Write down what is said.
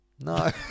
No